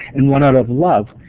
and one out of love,